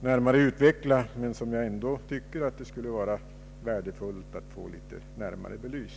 närmare i kväll, men som jag ändå tycker att det skulle vara värdefullt att få ytterligare belyst.